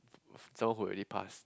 someone who already passed